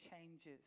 changes